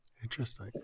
Interesting